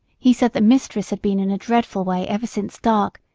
he said that mistress had been in a dreadful way ever since dark,